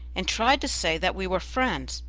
and tried to say that we were friends.